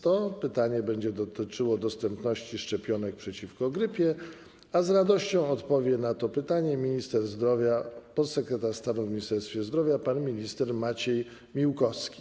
To pytanie będzie dotyczyło dostępności szczepionek przeciwko grypie, a z radością odpowie na to pytanie minister zdrowia, podsekretarz stanu w Ministerstwie Zdrowia pan Maciej Miłkowski.